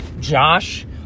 Josh